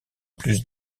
plus